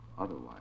otherwise